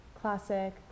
classic